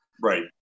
Right